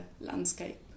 landscape